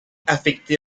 affectés